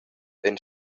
ein